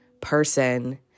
person